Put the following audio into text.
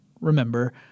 remember